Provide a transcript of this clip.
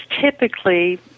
typically